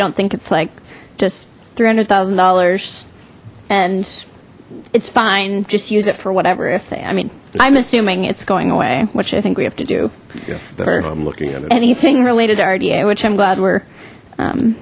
don't think it's like just three hundred thousand dollars and it's fine just use it for whatever if they i mean i'm assuming it's going away which i think we have to do anything related to rda which i'm glad we're